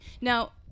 Now